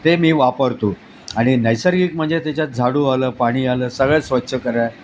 ते मी वापरतो आणि नैसर्गिक म्हणजे त्याच्यात झाडू आलं पाणी आलं सगळं स्वच्छ कराय